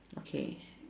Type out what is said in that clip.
okay